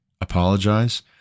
apologize